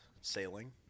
Sailing